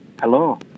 Hello